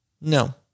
no